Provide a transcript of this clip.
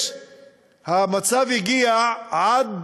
המצב הגיע עד